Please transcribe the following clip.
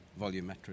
volumetric